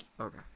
okay